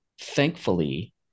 thankfully